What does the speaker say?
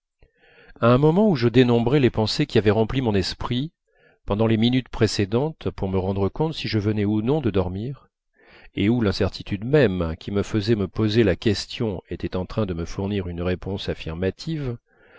à un moment où je dénombrais les pensées qui avaient rempli mon esprit pendant les minutes précédentes pour me rendre compte si je venais ou non de dormir